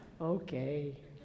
okay